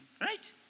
right